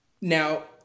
Now